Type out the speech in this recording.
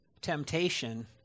temptation